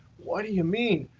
what do you mean?